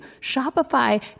Shopify